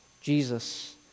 Jesus